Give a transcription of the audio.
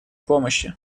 помощи